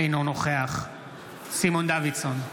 אינו נוכח סימון דוידסון,